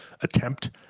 attempt